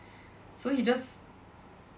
so he just